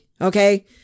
Okay